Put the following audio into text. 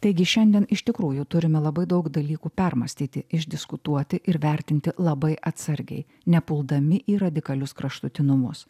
taigi šiandien iš tikrųjų turime labai daug dalykų permąstyti išdiskutuoti ir vertinti labai atsargiai nepuldami į radikalius kraštutinumus